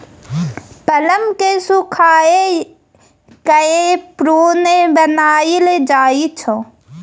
plum केँ सुखाए कए प्रुन बनाएल जाइ छै